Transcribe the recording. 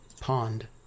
pond